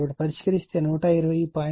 కాబట్టి పరిష్కరిస్తే అది 120